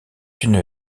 une